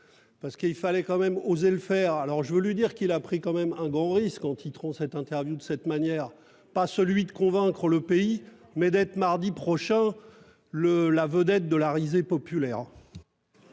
Parce qu'il fallait quand même oser le faire. Alors je veux lui dire qu'il a pris quand même un gros risque en titrant cette interview de cette manière, pas celui de convaincre le pays mais être mardi prochain le la vedette de la risée populaire.